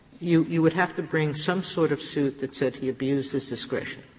you you would have to bring some sort of suit that said he abused his discretion.